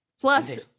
plus